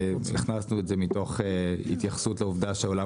הכנסנו את זה מתוך התייחסות לעובדה שעולם